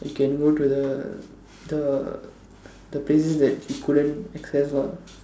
we can go to the the the places that you couldn't access lah